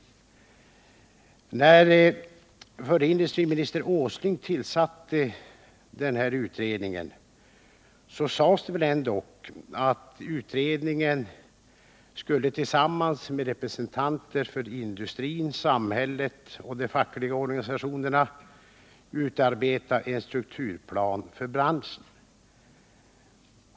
När förre industriministern Åsling tillsatte denna utredning sades det ändock att utredningen skulle tillsammans med representanter för industrin, samhället och de fackliga organisationerna utarbeta en strukturplan för branschen.